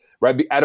right